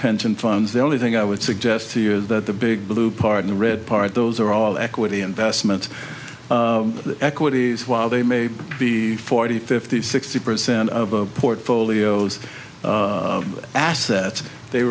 pension funds the only thing i would suggest to you is that the big blue part in the red part those are all equity investment equities while they may be forty fifty sixty percent of portfolios assets they